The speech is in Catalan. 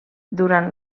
durant